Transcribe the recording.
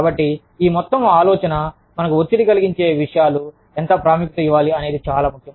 కాబట్టి ఈ మొత్తం ఆలోచన మనకు ఒత్తిడి కలిగించే విషయాలు ఎంత ప్రాముఖ్యత ఇవ్వాలి అనేది చాలా చాలాముఖ్యం